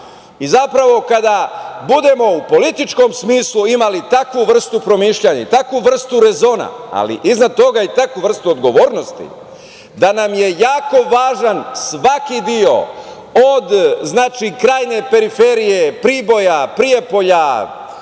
spava. Zapravo, kada budemo u političkom smislu imali takvu vrstu promišljanja i takvu vrstu rezona, ali iznad toga i takvu vrstu odgovornosti da nam je jako važan svaki deo, od krajnje periferije Priboja, Prijepolja, do same